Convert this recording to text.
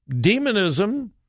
demonism